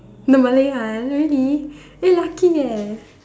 the Malay one really damn lucky eh